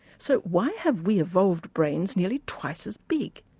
so why have we evolved brains nearly twice as big?